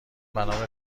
بنابه